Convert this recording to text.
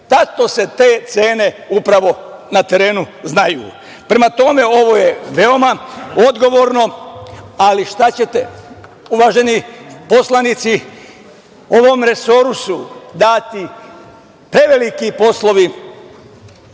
Tačno se te cene upravo na terenu znaju. Prema tome, ovo je veoma odgovorno, ali šta ćete. Uvaženi poslanici, ovom resoru su dati preveliki poslovi,